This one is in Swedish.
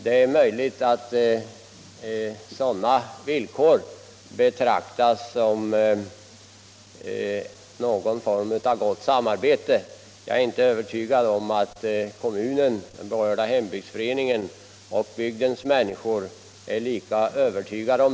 Det är möjligt att sådana villkor betraktas som någon form av gott samarbete. Jag är inte övertygad om att kommunen, den berörda hembygdsföreningen och bygdens människor ser det så.